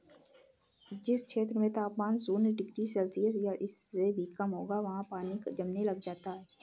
जिस क्षेत्र में तापमान शून्य डिग्री सेल्सियस या इससे भी कम होगा वहाँ पानी जमने लग जाता है